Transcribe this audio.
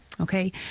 Okay